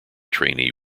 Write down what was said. trainee